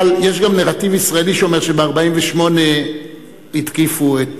אבל יש גם נרטיב ישראלי שאומר שב-48' התקיפו את